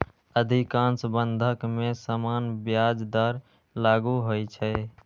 अधिकांश बंधक मे सामान्य ब्याज दर लागू होइ छै